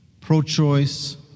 pro-choice